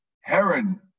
heron